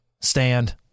stand